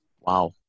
Wow